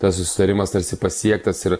tas susitarimas tarsi pasiektas ir